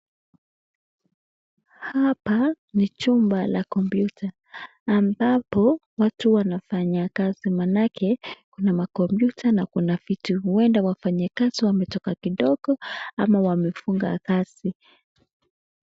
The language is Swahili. Hapa ni chumba la kompyuta ambapo watu wanafanya kazi manake kuna makompyuta na kuna vitu. Hueda wafanyikazi wametoka kidogo ama wamefuga kazi.